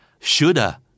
Shoulda